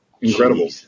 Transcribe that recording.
incredible